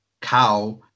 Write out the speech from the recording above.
cow